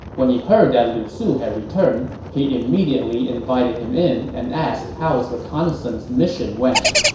when he heard that lu su had returned, he immediately invited him in and asked how his reconnaissance mission went.